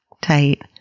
tight